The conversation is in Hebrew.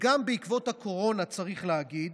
גם בעקבות הקורונה, צריך להגיד,